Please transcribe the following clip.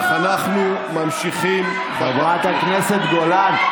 אך אנחנו ממשיכים, חברת הכנסת גולן.